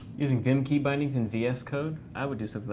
using vim key bindings and vs code. i would do something